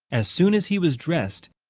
as soon as he was dressed,